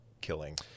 killing